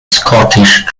scottish